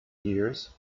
years